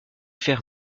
faire